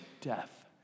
death